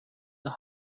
the